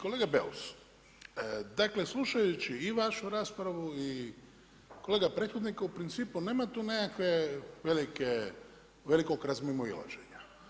Kolega BEus, dakle slušajući i vašu raspravu i kolega prethodnika u principu nema tu nekakve velikog razmimoilaženja.